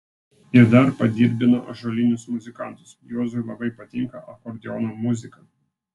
ir dar padirbino ąžuolinius muzikantus juozui labai patinka akordeono muzika